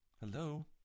Hello